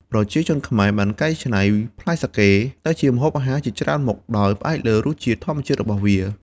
ប្រជាជនខ្មែរបានកែច្នៃផ្លែសាកេទៅជាម្ហូបអាហារជាច្រើនមុខ ដោយផ្អែកលើរសជាតិធម្មជាតិរបស់វា។